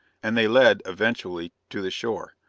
and they led, eventually, to the shore,